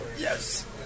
yes